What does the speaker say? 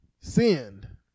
Send